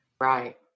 Right